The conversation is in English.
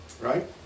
right